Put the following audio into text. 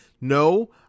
no